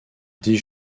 des